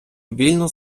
вільно